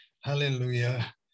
hallelujah